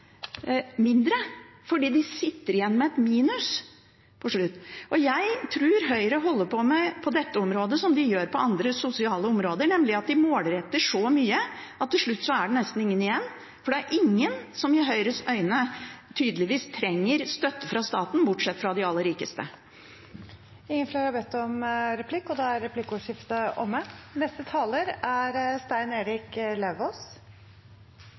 mindre. De sitter igjen med et minus til slutt. Jeg tror Høyre holder på med, på dette området som de gjør på andre sosiale områder, å målrette så mye at til slutt er det nesten ingen igjen, for det er ingen som i Høyres øyne tydeligvis trenger støtte fra staten, bortsett fra de aller rikeste. Replikkordskiftet er omme. Noe av det viktigste vi kan bruke penger på, er